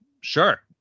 Sure